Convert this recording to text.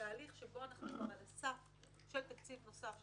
בתהליך שבו אנחנו על סף של תקציב נוסף,